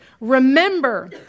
remember